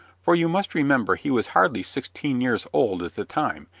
for you must remember he was hardly sixteen years old at the time,